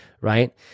right